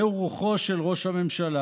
זו רוחו של ראש הממשלה,